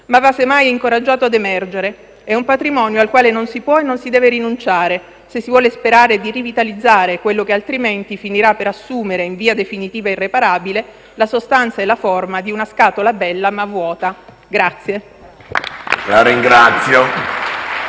ma va se mai incoraggiato ad emergere. È un patrimonio al quale non si può e non si deve rinunciare, se si vuole sperare di rivitalizzare quello che altrimenti finirà per assumere, in via definitiva e irreparabile, la sostanza e la forma di una scatola bella ma vuota. *(Applausi dal